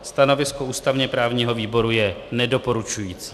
Stanovisko ústavněprávního výboru je nedoporučující.